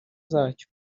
zacyo